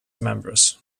members